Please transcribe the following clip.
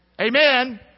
Amen